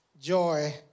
joy